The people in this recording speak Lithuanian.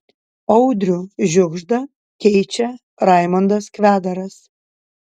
audrių žiugždą keičia raimondas kvedaras